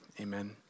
amen